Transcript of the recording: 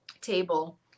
table